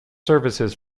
services